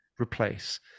replace